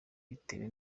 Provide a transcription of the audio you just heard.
bitewe